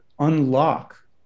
unlock